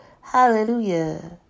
Hallelujah